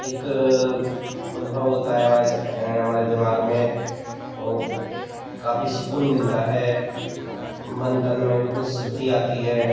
एक उद्भव होता है हमारे हमारे दिमाग में और काफ़ी सुकून मिलता है मन तन में बिल्कुल शुद्धि आती है